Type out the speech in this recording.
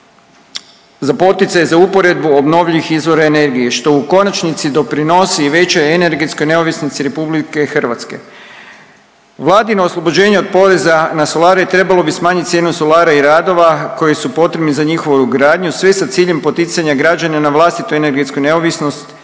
za poticaje za uporedbu obnovljivih izvora energije što u konačnici doprinosi i većoj energetskoj neovisnosti RH. Vladino oslobođenje od poreza na solare trebalo bi smanjit cijenu solara i radova koji su potrebni za njihovu ugradnju sve sa ciljem poticanja građana na vlastitu energetsku neovisnost